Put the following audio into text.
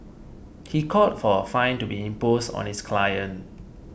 he called for a fine to be imposed on his client